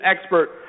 expert